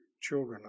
children